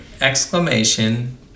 exclamation